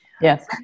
Yes